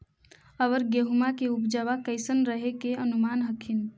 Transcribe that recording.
अबर गेहुमा के उपजबा कैसन रहे के अनुमान हखिन?